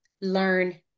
learn